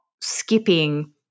skipping